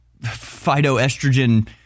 phytoestrogen